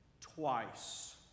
twice